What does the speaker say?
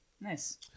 Nice